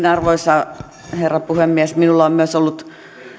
arvoisa herra puhemies minulla on myös ollut